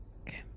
Okay